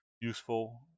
useful